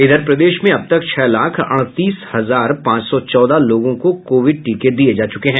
इधर प्रदेश में अब तक छह लाख अड़तीस हजार पांच सौ चौदह लोगों को कोविड टीके दिये जा चुके हैं